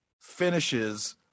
finishes